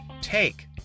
take